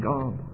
God